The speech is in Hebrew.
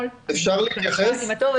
אפשר להתייחס?